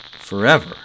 Forever